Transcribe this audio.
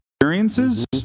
experiences